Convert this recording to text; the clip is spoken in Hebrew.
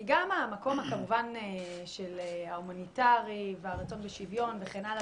כי גם המקום ההומניטרי והרצון בשוויון וכן הלאה,